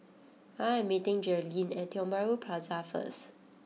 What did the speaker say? I am meeting Jerilynn at Tiong Bahru Plaza first